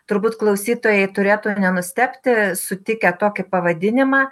turbūt klausytojai turėtų nenustebti sutikę tokį pavadinimą